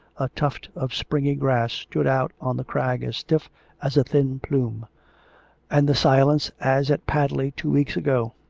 a tuft of springy grass stood out on the crag as stiff as a thin plume and the silence, as at padley two weeks ago,